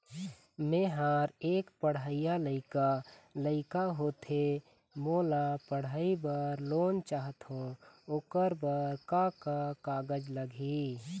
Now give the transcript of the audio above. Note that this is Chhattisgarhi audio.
मेहर एक पढ़इया लइका लइका होथे मोला पढ़ई बर लोन चाहथों ओकर बर का का कागज लगही?